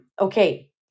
Okay